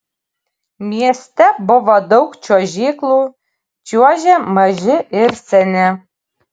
mieste buvo daug čiuožyklų čiuožė maži ir seni